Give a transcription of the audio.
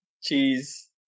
cheese